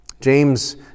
James